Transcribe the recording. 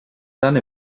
done